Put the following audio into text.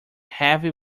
heavy